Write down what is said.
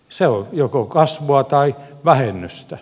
se on joko kasvua tai vähennystä